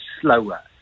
slower